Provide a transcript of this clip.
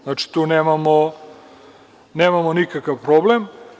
Znači, tu nemamo nikakav problem.